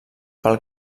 pel